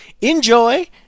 enjoy